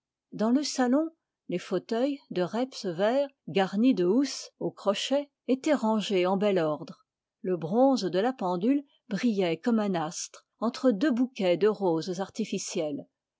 dans le salon les fauteuils de reps vert garnis de housses au crochet étaient rangés en bel ordre le bronze de la pendule brillait comme un astre entre deux bouquets de roses artificielles